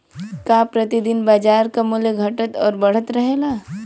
का प्रति दिन बाजार क मूल्य घटत और बढ़त रहेला?